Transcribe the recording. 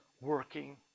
working